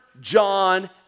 John